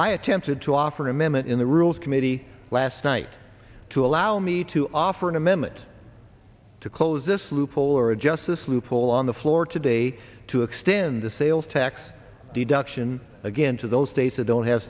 i attempted to offer an amendment in the rules committee last night to allow me to offer an amendment to close this loophole or adjust this loophole on the floor today to extend the sales tax deduction again to those states that don't have